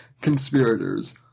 conspirators